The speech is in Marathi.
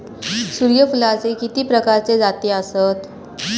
सूर्यफूलाचे किती प्रकारचे जाती आसत?